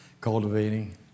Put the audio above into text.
cultivating